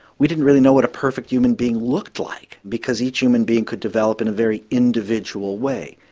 we didn't really know what a perfect human being looked like because each human being could develop in a very individual way.